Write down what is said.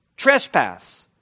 trespass